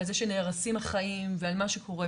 ועל זה שנהרסים החיים ועל מה שקורה,